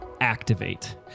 Activate